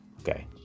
okay